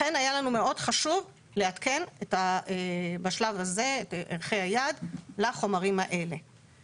לכן היה לנו מאוד חשוב לעדכן את בשלב הזה את ערכי היעד לחומרים האלה.